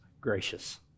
gracious